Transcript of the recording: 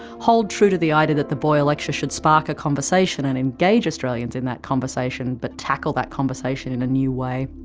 hold true to the idea that the boyer lectures should spark a conversation and engage australians in that conversation, but tackle that conversation in a new way.